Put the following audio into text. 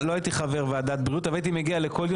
לא היית חבר ועדת הבריאות אבל הייתי מגיע לכל דיון.